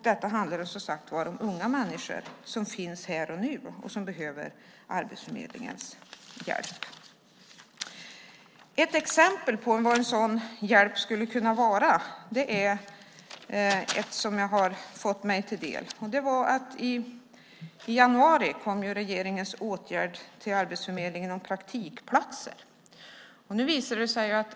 Detta handlar, som sagt var, om unga människor som finns här och nu och som behöver Arbetsförmedlingens hjälp. Jag har fått mig till del ett exempel på en sådan hjälp. I januari kom regeringens åtgärd med praktikplatser till Arbetsförmedlingen.